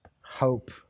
hope